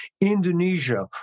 Indonesia